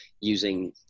using